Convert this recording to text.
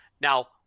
Now